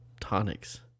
tonics